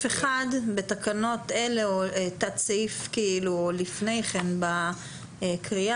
1 "בתקנות אלה" או בתת-סעיף לפני כן בקריאה,